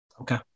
Okay